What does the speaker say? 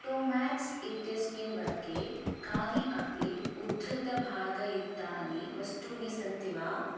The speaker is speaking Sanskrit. मोटो मेक्स् इत्यस्मिन् वर्गे कानि अपि उद्धृतभागयुक्तानि वस्तूनि सन्ति वा